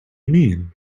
mean